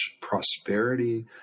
prosperity